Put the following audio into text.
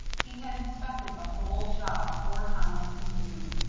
he had inspected the whole job four times since noon,